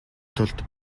тулд